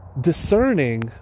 discerning